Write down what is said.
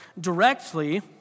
directly